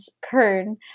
Kern